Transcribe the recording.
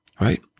right